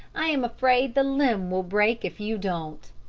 i am afraid the limb will break if you don't.